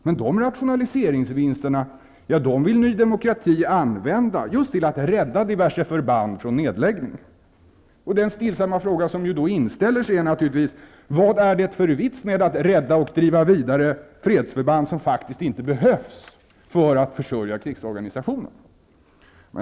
Men rationaliseringsvinsterna vill Ny demokrati just använda till att rädda diverse förband från nedläggning. Den stillsamma fråga som infinner sig är naturligtvis: Vad är det för vits med att rädda och driva vidare fredsförband som faktiskt inte behövs för att försörja krigsorganisationen?